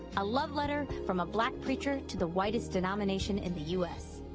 a love letter from a black preacher to the whitest denomination in the u s.